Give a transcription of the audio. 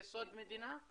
זה סוד מדינה?